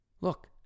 Look